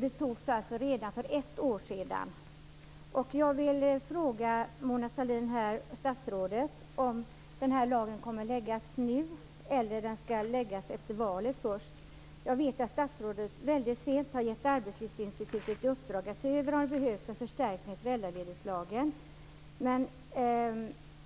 Det beslutet fattades redan för ett år sedan. Jag vet att statsrådet väldigt sent har gett Arbetslivsinstitutet i uppdrag att se över om det behövs en förstärkning av föräldraledighetslagen.